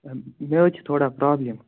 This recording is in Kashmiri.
ہے مےٚ حظ چھِ تھوڑا پرابلِم